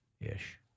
ish